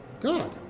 god